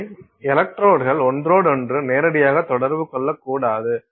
எனவே எலக்ட்ரோட்கள் ஒன்றோடொன்று நேரடியாக தொடர்பு கொள்ளக்கூடாது